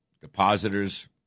depositors